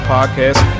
Podcast